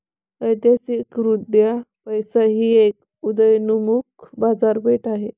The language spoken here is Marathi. ऐतिहासिकदृष्ट्या पैसा ही एक उदयोन्मुख बाजारपेठ आहे